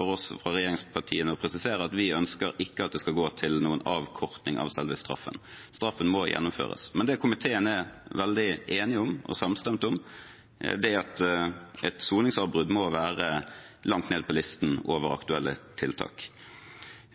oss fra regjeringspartiene å presisere at vi ønsker ikke at det skal gå til noen avkortning av selve straffen. Straffen må gjennomføres. Men det komiteen er veldig enig og samstemt om, er at et soningsavbrudd må være langt nede på listen over aktuelle tiltak.